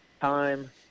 time